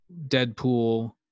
deadpool